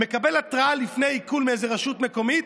והוא מקבל התראה לפני עיקול מאיזו רשות מקומית.